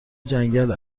جنگل